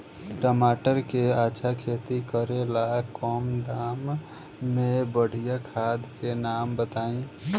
टमाटर के अच्छा खेती करेला कम दाम मे बढ़िया खाद के नाम बताई?